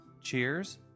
cheers